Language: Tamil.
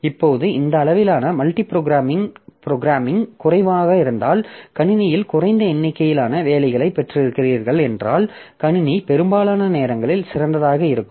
இப்போது இந்த அளவிலான மல்டி புரோகிராமிங் குறைவாக இருந்தால் கணினியில் குறைந்த எண்ணிக்கையிலான வேலைகளைப் பெற்றிருக்கிறீர்கள் என்றால் கணினி பெரும்பாலான நேரங்களில் சிறந்ததாக இருக்கும்